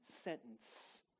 sentence